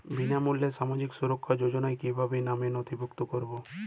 বিনামূল্যে সামাজিক সুরক্ষা যোজনায় কিভাবে নামে নথিভুক্ত করবো?